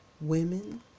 women